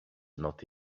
not